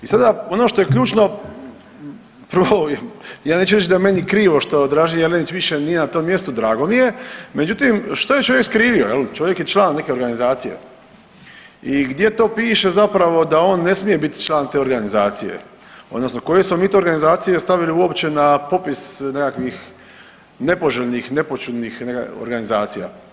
I sada ono što je ključno, prvo ja neću reć da je meni krivo što Dražen Jelenić više nije na tom mjestu, drago mi je, međutim što je čovjek skrivio je li, čovjek je član neke organizacije i gdje to piše zapravo da on ne smije biti član te organizacije odnosno koje smo mi to organizacije stavili uopće na popis nekakvih nepoželjnih, nepoćudnih organizacija.